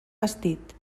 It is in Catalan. vestit